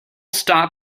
stop